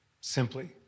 Simply